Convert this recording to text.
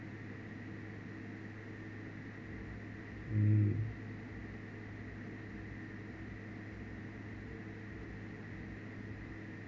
um